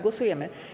Głosujemy.